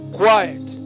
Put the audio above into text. quiet